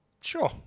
Sure